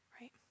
Right